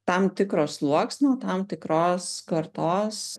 tam tikro sluoksnio tam tikros kartos